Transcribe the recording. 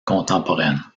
contemporaine